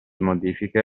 modifiche